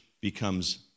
becomes